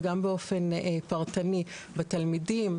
וגם באופן פרטני בתלמידים,